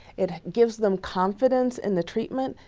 it gives them confidence in the treatment,